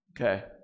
Okay